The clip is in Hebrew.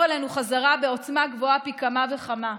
אלינו חזרה בעוצמה גבוהה פי כמה וכמה.